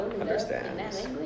understands